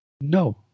No